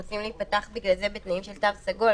יחולו עלי במקום תרבות מהסוג הזה.